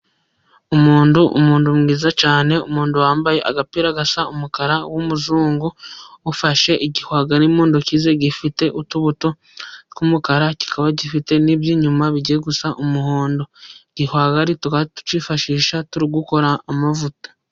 Umuntu, umuntu mwiza cyane, umuntu wambaye agapira gasa umukara w'umuzungu, ufashe igihwagari mu ntoki ze, gifite utubuto tw'umukara kikaba gifite n'iby'inyuma bigiye gusa umuhondo, igihwagari tukaba tukifashisha turi gukora amavuta.